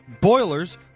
boilers